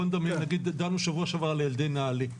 נגיד בשבוע שעבר דנו על ילדי נעל"ה,